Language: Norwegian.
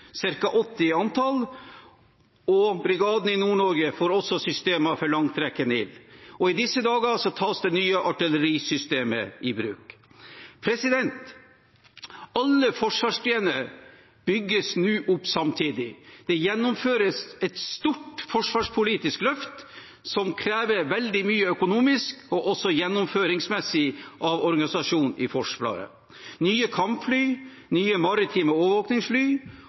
80 i antall. Brigaden i Nord-Norge får også systemer for langtrekkende ild. Og i disse dager tas det nye artillerisystemet i bruk. Alle forsvarsgrener bygges nå opp samtidig. Det gjennomføres et stort forsvarspolitisk løft som krever veldig mye økonomisk og også gjennomføringsmessig av organisasjonen i Forsvaret: nye kampfly, nye maritime overvåkingsfly,